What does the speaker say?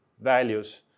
values